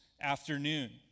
afternoon